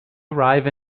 arrive